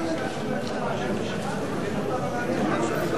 אני מוכן ללכת לעסקה שאומרת שאני לא מעשן בשבת,